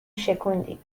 شکوندی